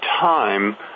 time